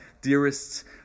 dearest